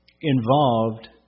involved